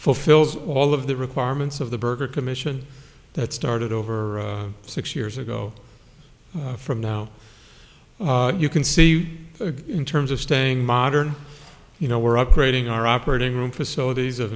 fulfills all of the requirements of the berger commission that started over six years ago from now you can see in terms of staying modern you know we're upgrading our operating room facilities